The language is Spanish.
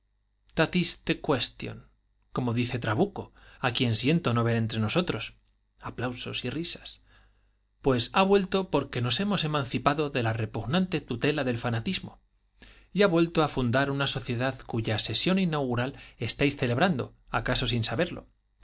guimarán tatiste question como dice trabuco a quien siento no ver entre nosotros aplausos risas pues ha vuelto porque nos hemos emancipado de la repugnante tutela del fanatismo y ha vuelto a fundar una sociedad cuya sesión inaugural estáis celebrando acaso sin saberlo